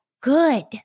Good